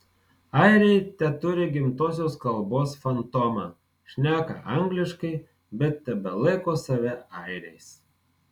airiai teturi gimtosios kalbos fantomą šneka angliškai bet tebelaiko save airiais